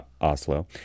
Oslo